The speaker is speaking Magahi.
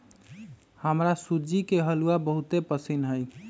हमरा सूज्ज़ी के हलूआ बहुते पसिन्न हइ